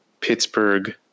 Pittsburgh